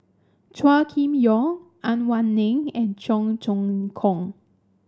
Chua Kim Yeow Ang Wei Neng and Cheong Choong Kong